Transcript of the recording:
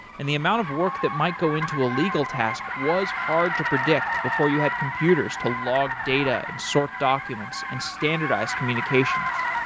and the amount of work that might go into a legal task was hard to predict before you had computers to log data and sort documents and standardize communications.